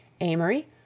Amory